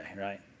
right